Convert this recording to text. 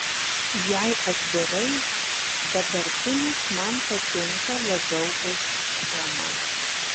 jei atvirai dabartinis man patinka labiau už schemą